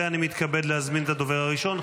אני מתכבד להזמין את הדובר הראשון,